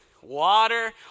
water